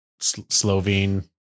Slovene